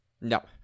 No